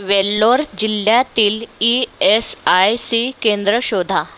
वेल्लोर जिल्ह्यातील E S I C केंद्र शोधा